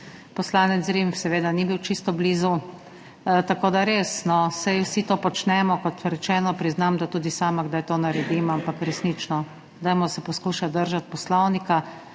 poslanec Zrim seveda ni bil čisto blizu, tako da res, saj vsi to počnemo, kot rečeno, priznam da tudi sama kdaj to naredim, ampak resnično, poskušajmo se držati Poslovnika.